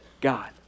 God